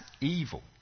evil